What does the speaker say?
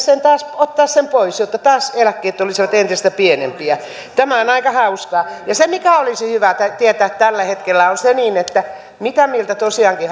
ottaa sen pois jotta taas eläkkeet olisivat entistä pienempiä tämä on aika hauskaa ja se mikä olisi hyvä tietää tällä hetkellä on se mitä mieltä tosiaankin